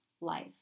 life